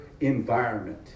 environment